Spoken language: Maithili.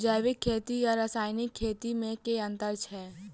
जैविक खेती आ रासायनिक खेती मे केँ अंतर छै?